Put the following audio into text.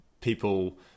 people